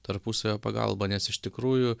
tarpusavio pagalbą nes iš tikrųjų